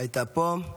הייתה פה,